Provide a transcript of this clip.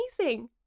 amazing